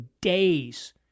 days